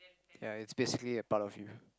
yeah it's basically a part of you